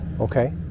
Okay